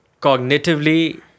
cognitively